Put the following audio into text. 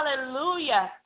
Hallelujah